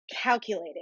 Calculated